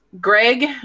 Greg